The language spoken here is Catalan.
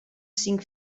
cinc